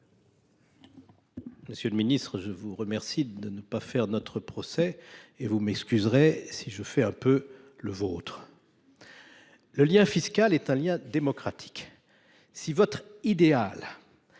Monsieur le ministre, je vous remercie de ne pas faire notre procès et vous m’excuserez si je fais un peu le vôtre. Le lien fiscal est un lien démocratique. Si votre idéal